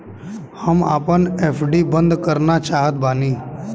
हम आपन एफ.डी बंद करना चाहत बानी